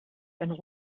and